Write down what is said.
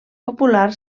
popular